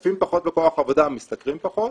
משתתפים פחות בכוח העבודה, משתכרים פחות,